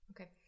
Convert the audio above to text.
okay